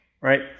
right